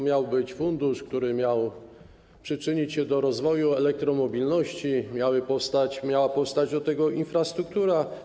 Miał być fundusz, który miał przyczynić się do rozwoju elektromobilności, miała powstać do tego infrastruktura.